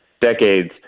decades